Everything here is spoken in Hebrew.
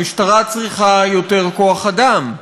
המשטרה צריכה יותר כוח-אדם,